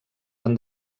van